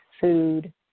food